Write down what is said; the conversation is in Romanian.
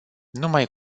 numai